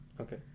Okay